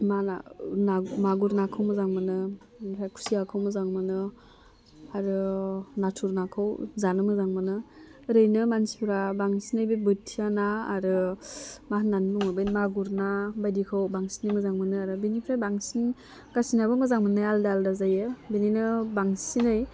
मा ना मागुर नाखौ मोजां मोनो ओमफ्राय खुसियाखौ मोजां मोनो आरो नाथुर नाखौ जानो मोजां मोनो ओरैनो मानसिफ्रा बांसिनै बे बोथिया ना आरो मा होननानै बुङो बे मागुर ना बायदिखौ बांसिनै मोजां मोनो आरो बिनिफ्राय बांसिन गासिनाबो मोजां मोननाया आलदा आलदा जायो बिनिनो बांसिनै